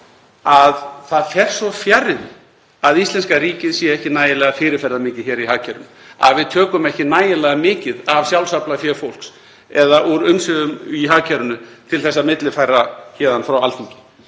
að það fer svo fjarri því að íslenska ríkið sé ekki nægilega fyrirferðarmikið í hagkerfinu, að við tökum ekki nægilega mikið af sjálfsaflafé fólks eða úr umsvifum í hagkerfinu til að millifæra héðan frá Alþingi.